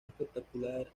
espectacular